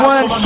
One